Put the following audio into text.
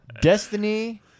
Destiny